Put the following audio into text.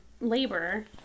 labor